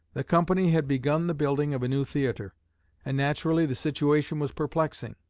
the company had begun the building of a new theatre and naturally the situation was perplexing.